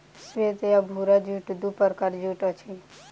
श्वेत आ भूरा जूट दू प्रकारक जूट अछि